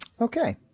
Okay